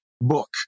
book